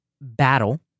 battle